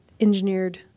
engineered